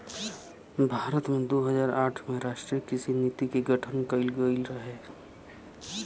भारत में दू हज़ार आठ में राष्ट्रीय कृषि नीति के गठन कइल गइल रहे